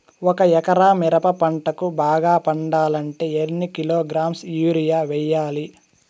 ఒక ఎకరా మిరప పంటకు బాగా పండాలంటే ఎన్ని కిలోగ్రామ్స్ యూరియ వెయ్యాలి?